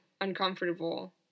uncomfortable